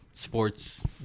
Sports